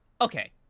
okay